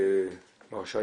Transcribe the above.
מר שי